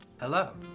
Hello